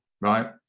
right